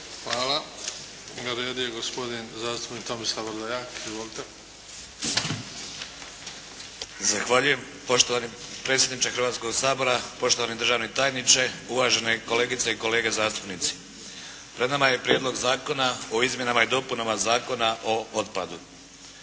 Hvala. Na redu je gospodin zastupnik Tomislav Vrdoljak. Izvolite. **Vrdoljak, Tomislav (HDZ)** Zahvaljujem. Poštovani predsjedniče Hrvatskog sabora, poštovani državni tajniče, uvažene kolegice i kolege zastupnici. Pred nama je Prijedlog zakona o izmjenama i dopunama Zakona o otpadu.